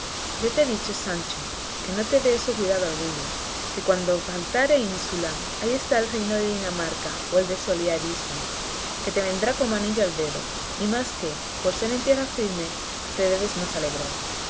yo luego ya te he dicho sancho que no te dé eso cuidado alguno que cuando faltare ínsula ahí está el reino de dinamarca o el de soliadisa que te vendrán como anillo al dedo y más que por ser en tierra firme te debes más alegrar